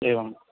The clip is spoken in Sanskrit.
एवम्